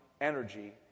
energy